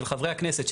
של חברי הכנסת,